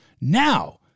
Now